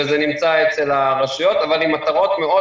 אבל זה נמצא אצל הרשויות אבל עם מטרות מאוד